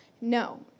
No